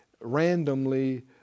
randomly